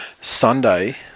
Sunday